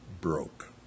broke